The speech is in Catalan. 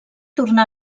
tornà